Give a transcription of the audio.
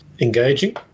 engaging